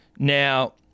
Now